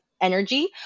energy